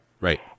right